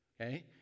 Okay